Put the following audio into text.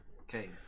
Okay